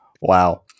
Wow